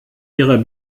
ihrer